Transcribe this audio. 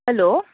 hello